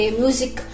music